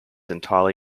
entirely